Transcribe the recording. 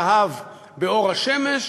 זהב באור השמש,